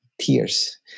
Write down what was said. tears